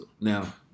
Now